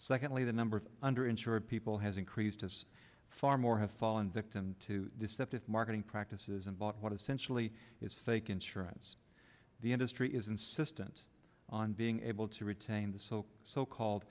secondly the number of under insured people has increased has far more have fallen victim to deceptive marketing practices and bought what essentially is fake insurance the industry is insistent on being able to retain the so so called